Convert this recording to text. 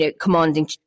commanding